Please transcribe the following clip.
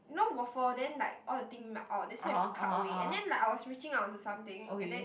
you know waffle and then like all the thing melt out then still have to cut away and then like I was reaching out onto something and then it